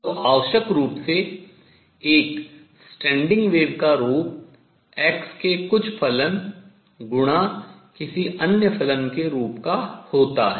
तो आवश्यक रूप से एक standing wave अप्रगामी तरंग का रूप x के कुछ फलन गुणा किसी अन्य फलन t के रूप का होता है